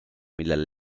millele